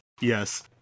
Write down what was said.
Yes